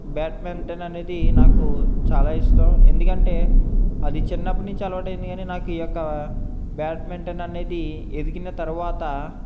badminton అనేది నాకు చాలా ఇష్టం ఎందుకంటే అది చిన్నప్పటి నుంచి అలవాటు అయింది కానీ నాకు ఈ యొక్క బాడ్మింటన్ అనేది ఎదిగిన తరువాత